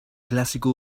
clásico